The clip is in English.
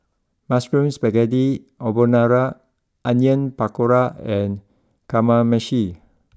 Mushroom Spaghetti Carbonara Onion Pakora and Kamameshi